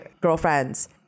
girlfriends